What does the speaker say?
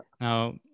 now